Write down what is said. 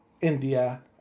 India